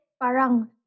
parang